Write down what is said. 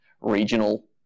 regional